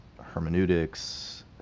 hermeneutics